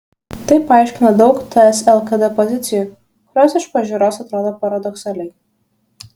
tai paaiškina daug ts lkd pozicijų kurios iš pažiūros atrodo paradoksaliai